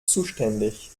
zuständig